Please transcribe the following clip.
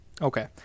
okay